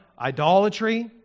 idolatry